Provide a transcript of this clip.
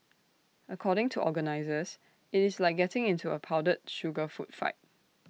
according to organisers IT is like getting into A powdered sugar food fight